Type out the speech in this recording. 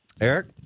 Eric